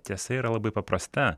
tiesa yra labai paprasta